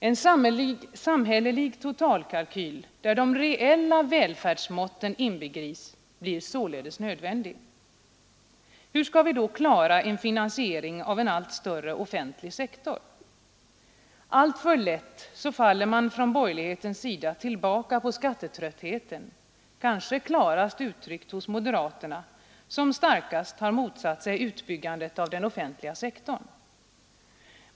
En samhällelig totalkalkyl där de reella välfärdsmåtten inbegrips blir således nödvändig. Hur skall vi då klara en finansiering av en allt större offentlig sektor? Alltför lätt faller man från borgerlighetens sida tillbaka på skattetröttheten, kanske klarast uttryckt hos moderaterna, som starkast har motsatt sig utbyggandet av den offentliga sektorn.